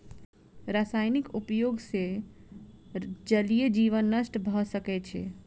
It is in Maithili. रासायनिक उपयोग सॅ जलीय जीवन नष्ट भ सकै छै